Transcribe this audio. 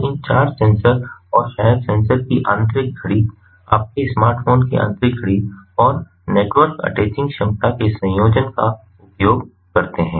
जो इन चार सेंसर और शायद सेंसर की आंतरिक घड़ी आपके स्मार्टफ़ोन की आंतरिक घड़ी और नेटवर्क अटैचिंग क्षमता के संयोजन का उपयोग करते है